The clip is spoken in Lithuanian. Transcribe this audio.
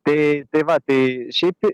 tai tai va tai šiaip tai